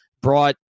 brought